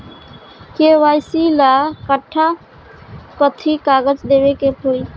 KYC ला कट्ठा कथी कागज देवे के होई?